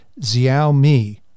Xiaomi